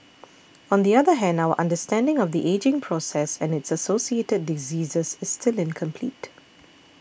on the other hand our understanding of the ageing process and its associated diseases is still incomplete